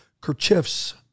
kerchiefs